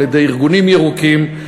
על-ידי ארגונים ירוקים,